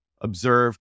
observe